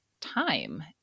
time